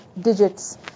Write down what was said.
digits